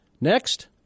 Next